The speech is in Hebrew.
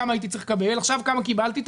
כמה הייתי צריך לקבל וכמה קיבלתי עכשיו